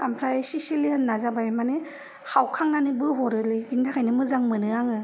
ओमफ्राय सिसिलियना जाबाय मानि हावखांनानै बोहरोलै बेनि थाखायनो मोजां मोनो आङो